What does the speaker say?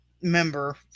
member